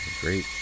great